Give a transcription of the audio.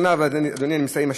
אדוני, אני מסיים.